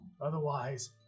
Otherwise